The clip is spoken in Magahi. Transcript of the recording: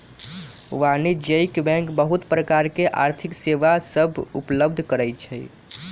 वाणिज्यिक बैंक बहुत प्रकार के आर्थिक सेवा सभ उपलब्ध करइ छै